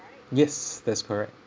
yes that's correct